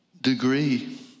degree